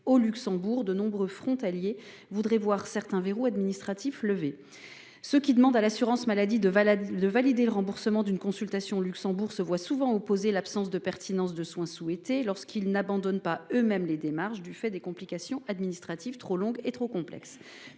au Luxembourg de nombreux frontaliers voudrait voir certains verrous administratifs levé ce qui demande à l'assurance maladie de de valider le remboursement d'une consultation Luxembourg se voient souvent opposer l'absence de pertinence de soins souhaité lorsqu'il n'abandonne pas eux-. Mêmes les démarches du fait des complications administratives trop longue et trop complexe